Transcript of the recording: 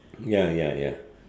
ya ya ya